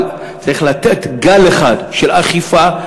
אבל צריך לתת גל אחד של אכיפה,